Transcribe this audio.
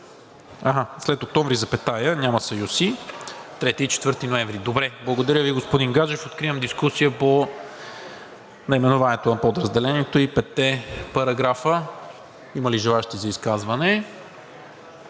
След „октомври“ запетая – няма съюз „и“, „3 и 4 ноември“. Добре, благодаря Ви, господин Гаджев. Откривам дискусия по наименованието на подразделението и петте параграфа. Има ли желаещи за изказване?